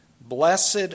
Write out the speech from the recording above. Blessed